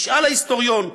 ישאל ההיסטוריון: